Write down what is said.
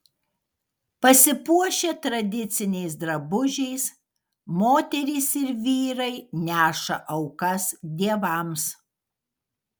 pasipuošę tradiciniais drabužiais moterys ir vyrai neša aukas dievams